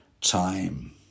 time